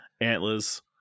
antlers